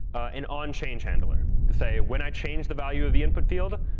an onchange handler to say, when i change the value of the input field,